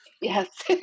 Yes